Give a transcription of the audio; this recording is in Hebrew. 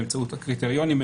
באמצעות הקריטריונים,